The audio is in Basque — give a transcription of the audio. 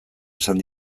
esan